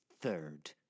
third